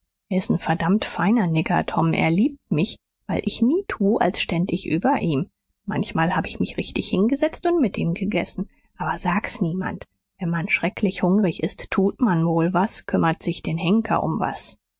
ist n verdammt feiner nigger tom er liebt mich weil ich nie tu als ständ ich über ihm manchmal hab ich mich richtig hingesetzt und mit ihm gegessen aber sag's niemand wenn man schrecklich hungrig ist tut man wohl was kümmert man sich den henker um was